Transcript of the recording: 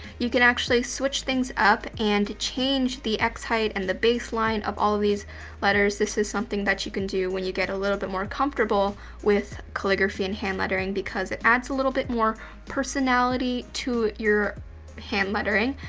you can actually switch things up and change the x-height and the baseline of all of these letters. this is something that you can do when you get a little bit more comfortable with calligraphy and hand lettering because it adds a little bit more personality to your hand lettering.